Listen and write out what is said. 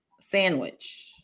sandwich